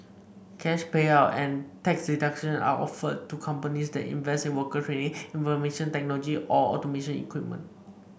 cash payout and tax deduction are offered to companies that invest in worker training information technology or automation equipment